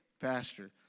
Pastor